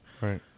Right